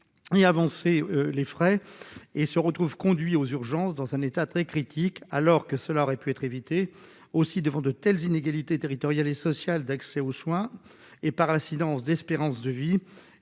avancer les frais et se retrouvent conduit aux urgences dans un état très critique alors que cela aurait pu être évité aussi devant de telles inégalités territoriales et sociales d'accès aux soins et par l'incidence d'espérance de vie